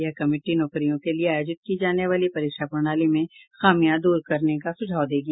यह कमिटी नौकरियों के लिए आयोजित की जाने वाली परीक्षा प्रणाली में खामिया दूर करने का सुझाव देगी